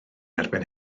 erbyn